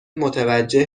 متوجه